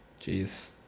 Jeez